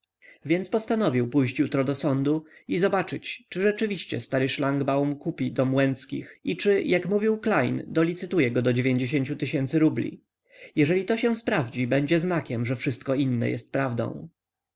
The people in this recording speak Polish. więc postanowił pójść jutro do sądu i zobaczyć czy naprawdę stary szlaugbaum kupi dom łęckich i czy jak mówił klejn dolicytuje go do rubli jeżeli to się sprawdzi będzie znakiem że wszystko inne jest prawdą